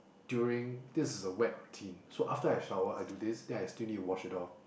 during this is a wet routine so after I shower I do this then I still need to wash it off